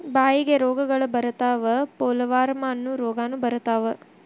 ಬಾಯಿಗೆ ರೋಗಗಳ ಬರತಾವ ಪೋಲವಾರ್ಮ ಅನ್ನು ರೋಗಾನು ಬರತಾವ